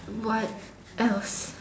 what else